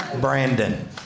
Brandon